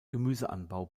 gemüseanbau